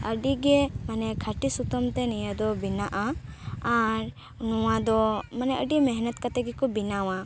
ᱟᱹᱰᱤ ᱜᱮ ᱢᱟᱱᱮ ᱠᱷᱟᱹᱴᱤ ᱥᱩᱛᱟᱹᱢ ᱛᱮ ᱱᱤᱭᱟᱹ ᱫᱚ ᱵᱮᱱᱟᱜᱼᱟ ᱟᱨ ᱱᱚᱣᱟ ᱫᱚ ᱢᱟᱱᱮ ᱟᱹᱰᱤ ᱢᱮᱦᱚᱱᱚᱛ ᱠᱟᱛᱮ ᱜᱮᱠᱚ ᱵᱮᱱᱟᱣᱟ